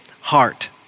heart